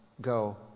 go